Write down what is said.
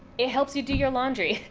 it helps you do your laundry,